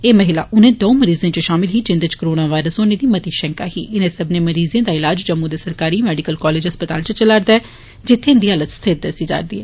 एह् महिलां उनें द'ऊं मरीजें च शामल ऐ जिन्दे च कोरोनावायरस होनी दी मती शैंका ही इनें सब्मने मरीजें दा ईलाज जम्मू दे सरकारी मैडिकल कॉलेज अस्पताल च चला'रदा ऐ जित्थै इन्दी हालत स्थिर दस्सी जा'रदी ऐ